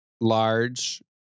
large